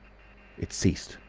it ceased,